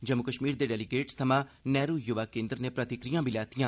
जम्मू कश्मीर दे डेलीगेटस थमां नेहरू युवां केन्द्र नै प्रतिक्रिया बी लैतियां